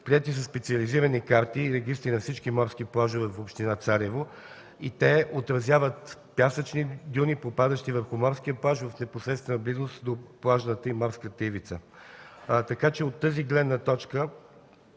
Приети са специализирани карти и регистри на всички морски плажове в община Царево и те отразяват пясъчни дюни, попадащи върху морския плаж в непосредствена близост до плажната и морската ивица. От тази гледна точка